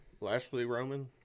Lashley-Roman